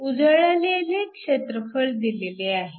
उजळलेले क्षेत्रफळ दिलेले आहे